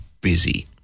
busy